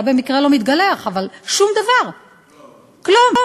אתה במקרה לא מתגלח, אבל, שום דבר, כלום.